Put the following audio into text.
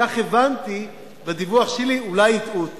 כך הבנתי בדיווח שלי, אולי הטעו אותי.